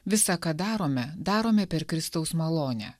visa ką darome darome per kristaus malonę